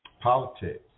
politics